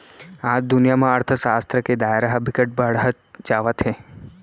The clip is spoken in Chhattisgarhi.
आज दुनिया म अर्थसास्त्र के दायरा ह बिकट बाड़हत जावत हे